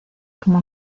como